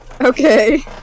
Okay